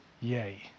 yay